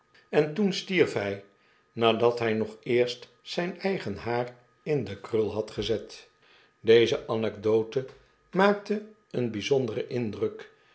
en toen s tierf hij nadat hij nog eerst zijn eigen haar in de krul had gezet deze anekdote maakte een bijzonderen indruk